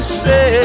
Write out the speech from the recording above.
say